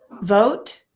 vote